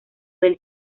del